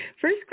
First